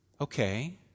Okay